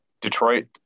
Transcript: Detroit